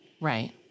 right